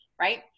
right